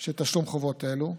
של תשלום חובות אלו.